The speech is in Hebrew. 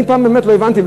אני פעם באמת לא הבנתי,